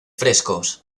frescos